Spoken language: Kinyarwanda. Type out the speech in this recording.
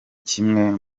kimwe